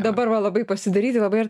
dabar va labai pasidaryti labai